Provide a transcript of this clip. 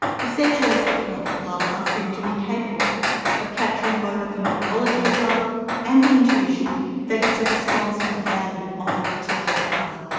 perceptual accounts of love thus seem to me capable of capturing both the phenomenology of love and the intuition that it's a response to the value of a particular other.